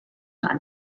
and